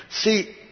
See